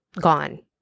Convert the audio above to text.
gone